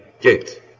gate